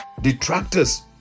Detractors